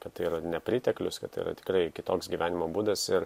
kad tai yra ir nepriteklius kad tai yra tikrai kitoks gyvenimo būdas ir